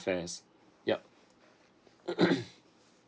fares yup